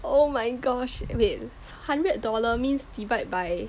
oh my gosh wait hundred dollar means divide by